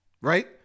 right